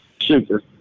Super